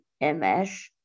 MS